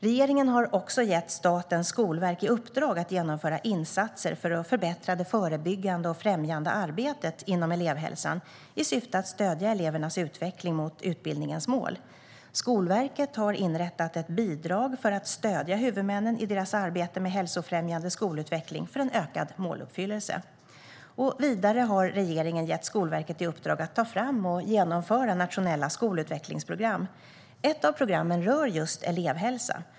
Regeringen har också gett Statens skolverk i uppdrag att genomföra insatser för att förbättra det förebyggande och främjande arbetet inom elevhälsan i syfte att stödja elevernas utveckling mot utbildningens mål. Skolverket har inrättat ett bidrag för att stödja huvudmännen i deras arbete med hälsofrämjande skolutveckling för en ökad måluppfyllelse. Vidare har regeringen gett Skolverket i uppdrag att ta fram och genomföra nationella skolutvecklingsprogram. Ett av programmen rör just elevhälsa.